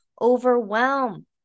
overwhelm